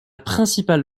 principale